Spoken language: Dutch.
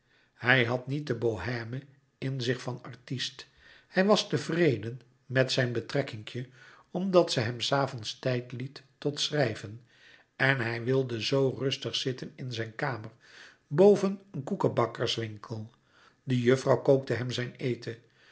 hij had niet de bohême in zich van artist hij was tevreden met zijn betrekkinkje omdat ze hem s avonds tijd liet tot schrijven en hij wilde zoo rustig zitten in zijn kamer boven een koekebakkerswinkel de juffrouw kookte hem zijn eten